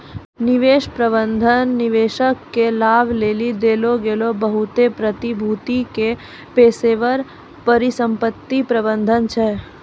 निवेश प्रबंधन निवेशक के लाभ लेली देलो गेलो बहुते प्रतिभूति के पेशेबर परिसंपत्ति प्रबंधन छै